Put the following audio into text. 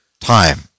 time